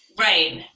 Right